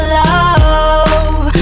love